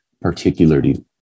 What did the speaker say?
particularly